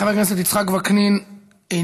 חבר הכנסת יצחק וקנין איננו,